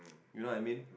you know I mean